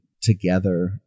together